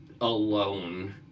alone